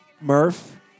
Murph